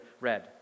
read